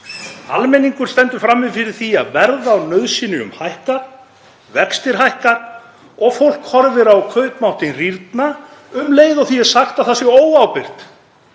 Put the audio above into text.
Almenningur stendur frammi fyrir því að verð á nauðsynjum hækkar, vextir hækka og fólk horfir á kaupmáttinn rýrna um leið og því er sagt að það sé óábyrgt